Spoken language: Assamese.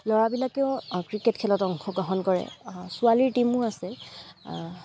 ল'ৰাবিলাকেও ক্ৰিকেট খেলত অংশগ্ৰহণ কৰে ছোৱালীৰ টীমো আছে